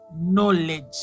knowledge